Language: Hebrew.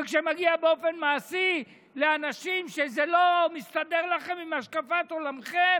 וכשזה מגיע באופן מעשי לאנשים ששם זה לא מסתדר לכם עם השקפת עולמכם,